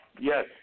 Yes